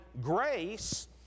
grace